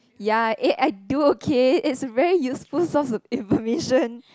ya eh I do okay it's very useful source of information